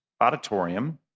auditorium